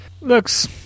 Looks